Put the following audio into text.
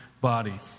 body